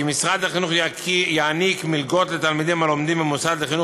כי משרד החינוך יעניק מלגות לתלמידים הלומדים במוסד לחינוך